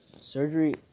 surgery